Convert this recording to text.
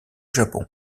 japon